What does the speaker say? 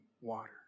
water